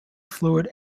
fluid